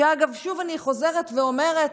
אגב, שוב, אני חוזרת ואומרת